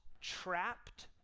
trapped